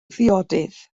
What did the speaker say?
ddiodydd